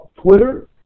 Twitter